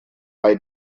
bei